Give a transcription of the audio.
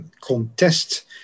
contest